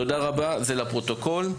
תודה רבה, זה לפרוטוקול.